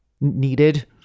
needed